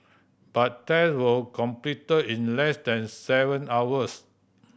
but tests were completed in less than seven hours